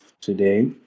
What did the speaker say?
today